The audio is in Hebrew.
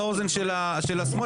מעבר לזה,